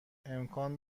امکان